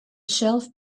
shelf